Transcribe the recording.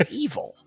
evil